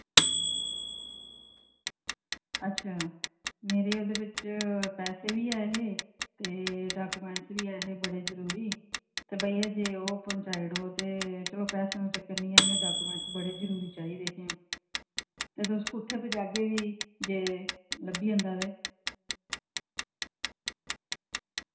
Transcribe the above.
अच्छा मेरे ओह्दे बिच पैसे बी ऐहे ते डॉक्यूमेंट बी ऐहे बड़े जरूरी ते भइया जेकर ओह् पर्स थ्होऐ में पैसे दा कोई चक्कर निं ऐ ओह् डॉक्यूमेंट्स बड़े जरूरी चाहिदे हे ते तुस कुत्थें पजागे जे लब्भी जंदा ते